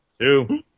Two